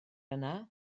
yna